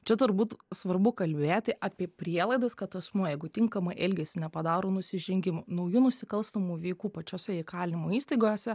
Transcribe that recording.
čia turbūt svarbu kalbėti apie prielaidas kad asmuo jeigu tinkamai elgiasi nepadaro nusižengimų naujų nusikalstamų veikų pačiose įkalinimo įstaigose